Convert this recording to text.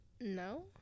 no